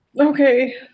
okay